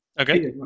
Okay